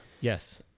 Yes